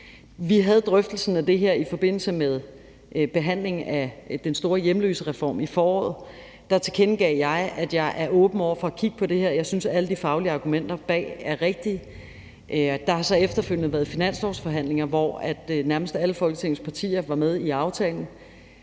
Vi havde drøftelsen af det her i forbindelse med behandlingen af den store hjemløsereform i foråret. Der tilkendegav jeg, at jeg er åben over for at kigge på det her. Jeg synes, at alle de faglige argumenter bag er rigtige. Der har så efterfølgende været finanslovsforhandlinger, hvor nærmest alle Folketingets partier var med i aftalen,